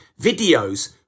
videos